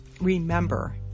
Remember